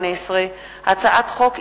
פ/2429/18 וכלה בהצעת חוק פ/2453/18,